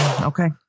Okay